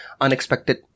unexpected